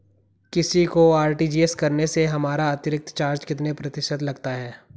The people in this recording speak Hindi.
किसी को आर.टी.जी.एस करने से हमारा अतिरिक्त चार्ज कितने प्रतिशत लगता है?